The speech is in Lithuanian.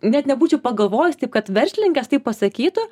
net nebūčiau pagalvojus taip kad verslininkas taip pasakytų